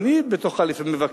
וגם אני בתוכה לפעמים מבקר,